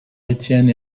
étienne